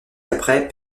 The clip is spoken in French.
après